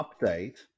update